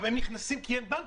אבל הם נכנסים כי אין בנקים.